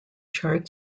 chart